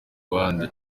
abandi